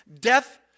Death